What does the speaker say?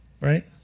right